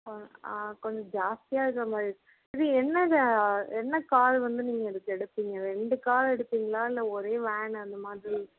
ஓ கொஞ்சம் ஜாஸ்தியாக இருக்க மாதிரி இது என்னது என்ன கார் வந்து நீங்கள் எடுக்க எடுப்பிங்க ரெண்டு கார் எடுப்பிங்களா இல்லை ஒரே வேன் அந்த மாதிரி